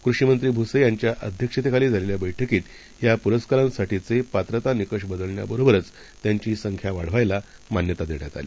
कृषिमंत्री भुसे यांच्या अध्यक्षतेखाली झालेल्या बैठकीत या पुरस्कारांसाठीचे पात्रता निकष बदलण्याबरोबरच त्यांची संख्या वाढवायला मान्यता देण्यात आली